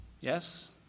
yes